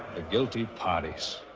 the guilty parties.